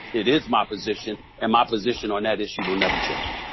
it is my position and my position on that issue will never change.